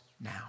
now